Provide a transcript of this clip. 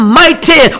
mighty